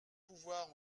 pouvoirs